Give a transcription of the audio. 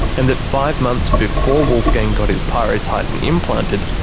and that five months before wolfgang got his pyrotitan implanted,